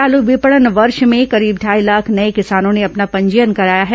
चाल विपणन वर्ष में करीब ढाई लाख नये किसानों ने अपना पंजीयन कराया है